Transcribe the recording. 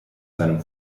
seinem